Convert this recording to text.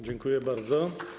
Dziękuję bardzo.